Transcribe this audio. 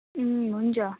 हुन्छ